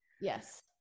Yes